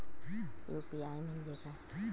UPI म्हणजे काय?